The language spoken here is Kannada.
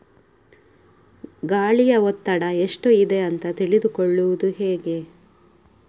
ಗಾಳಿಯ ಒತ್ತಡ ಎಷ್ಟು ಇದೆ ಅಂತ ತಿಳಿದುಕೊಳ್ಳುವುದು ಹೇಗೆ?